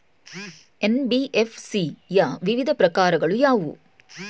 NBFC ಯ ವಿವಿಧ ಪ್ರಕಾರಗಳು ಯಾವುವು?